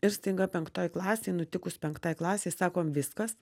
ir staiga penktoj klasėj nutikus penktai klasei sakom viskas